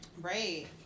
Right